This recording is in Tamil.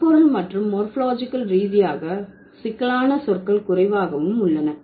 சொற்பொருள் மற்றும் மோர்பாலஜிகல் ரீதியாக சிக்கலான சொற்கள் குறைவாகவும் உள்ளன